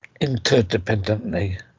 interdependently